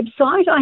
website